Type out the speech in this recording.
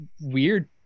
weird